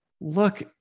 look